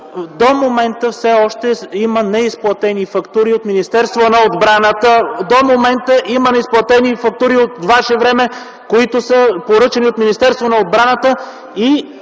До момента все още има неизплатени фактури от Министерството на отбраната! До момента има неизплатени фактури от Ваше време, които са поръчани от Министерството на отбраната!